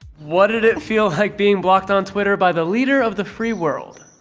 what did it feel like being blocked on twitter by the leader of the free world?